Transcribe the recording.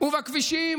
ובכבישים